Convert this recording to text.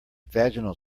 vaginal